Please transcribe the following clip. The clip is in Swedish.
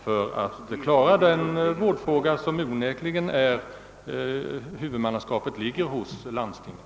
Huvudmannaskapet för tandvården ligger onekligen hos landstingen, men det är regeringen som har amnsvaret för utbildningsfrågorna.